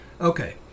Okay